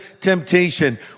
temptation